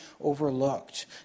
overlooked